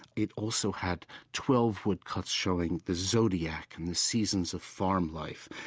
it also had twelve woodcuts showing the zodiac and the seasons of farm life.